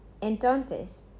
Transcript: Entonces